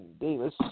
Davis